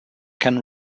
can